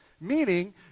meaning